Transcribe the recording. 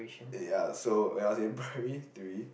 ya so when I was in primary three